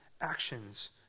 actions